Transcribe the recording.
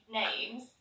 names